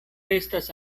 restas